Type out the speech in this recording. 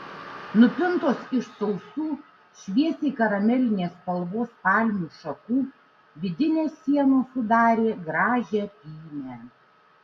nupintos iš sausų šviesiai karamelinės spalvos palmių šakų vidinės sienos sudarė gražią pynę